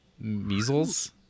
measles